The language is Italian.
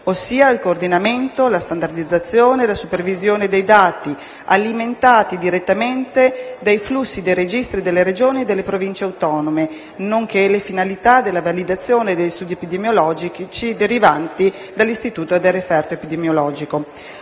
ossia il coordinamento, la standardizzazione e la supervisione dei dati, alimentati direttamente dai flussi dei registri delle Regioni e delle Province autonome, nonché le finalità della validazione degli studi epidemiologici derivanti dall'istituto del referto epidemiologico.